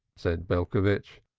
said belcovitch.